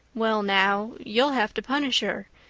well now, you'll have to punish her,